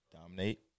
dominate